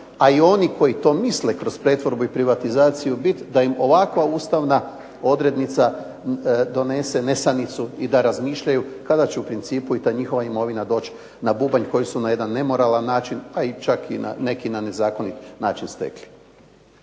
a i oni koji to misle kroz pretvorbu i privatizaciju biti da im ovakva ustavna odrednica donese nesanicu i da razmišljaju kada će u principu i ta njihova imovina doći na bubanj koji su na jedan nemoralan način pa i čak neki na nezakonit način stekli.